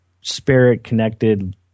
spirit-connected